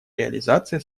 реализация